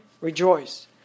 rejoice